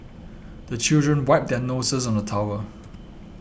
the children wipe their noses on the towel